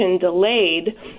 delayed